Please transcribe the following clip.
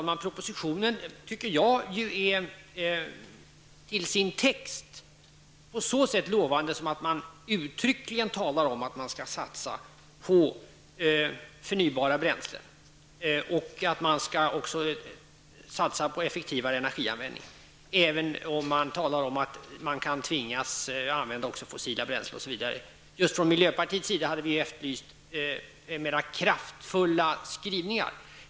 Herr talman! Texten i propositionen är lovande på så sätt att man uttryckligen talar om att man skall satsa på förnybara bränslen och effektivare energianvändning, även om där sägs att man kan tvingas använda även fossila bränslen osv. Från miljöpartiets sida hade vi efterlyst mera kraftfulla skrivningar.